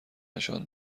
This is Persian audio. نشان